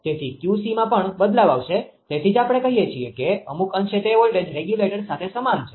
તેથી 𝑄𝐶માં પણ બદલાવ આવશે તેથી જ આપણે કહીએ છીએ કે અમુક અંશે તે વોલ્ટેજ રેગ્યુલેટર સાથે સમાન છે